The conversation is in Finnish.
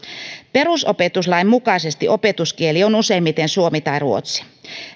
perusopetuslain mukaisesti opetuskieli on useimmiten suomi tai ruotsi